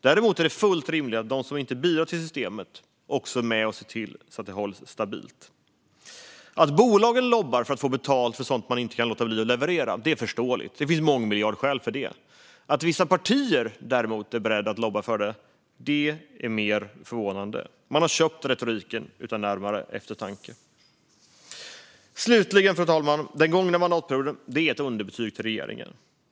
Däremot är det fullt rimligt att de som inte bidrar till systemet också är med och ser till att det hålls stabilt. Att bolagen lobbar för att få betalt för sådant man inte kan låta bli att leverera är förståeligt. Det finns mångmiljardskäl för det. Att vissa partier däremot är beredda att lobba för det är mer förvånande. Då har man köpt retoriken utan närmare eftertanke. Slutligen, fru talman: Den gångna mandatperioden är ett underbetyg till regeringen.